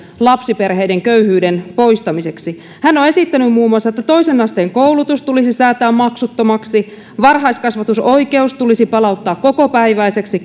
lapsiperheiden köyhyyden poistamiseksi hän on esittänyt muun muassa että toisen asteen koulutus tulisi säätää maksuttomaksi varhaiskasvatusoikeus tulisi palauttaa kokopäiväiseksi